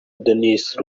denis